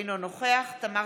אינו נוכח תמר